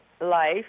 life